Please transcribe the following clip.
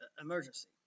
emergency